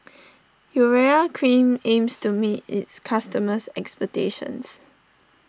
Urea Cream aims to meet its customers' expectations